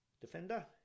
defender